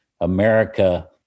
America